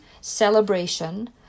celebration